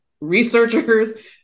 researchers